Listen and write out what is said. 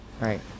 Right